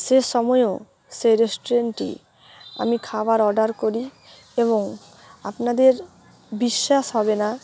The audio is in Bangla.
সে সময়েও সেই রেস্টুরেন্টে আমি খাবার অর্ডার করি এবং আপনাদের বিশ্বাস হবে না